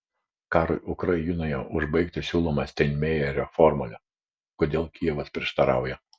karui ukrainoje užbaigti siūloma steinmeierio formulė kodėl kijevas prieštarauja